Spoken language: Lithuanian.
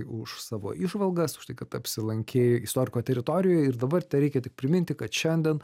už savo įžvalgas už tai kad apsilankei istoriko teritorijoj ir dabar tereikia tik priminti kad šiandien